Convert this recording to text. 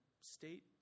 state